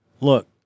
Look